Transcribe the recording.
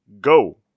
go